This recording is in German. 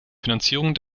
finanzierung